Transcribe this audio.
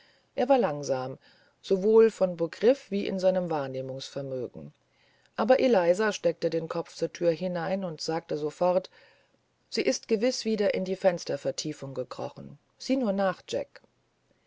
er war langsam sowohl von begriffen wie in seinem wahrnehmungsvermögen aber eliza steckte den kopf zur thür hinein und sagte sofort sie ist gewiß wieder in die fenstervertiefung gekrochen sieh nur nach